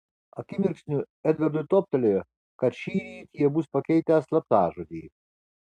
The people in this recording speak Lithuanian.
akimirksniu edvardui toptelėjo kad šįryt jie bus pakeitę slaptažodį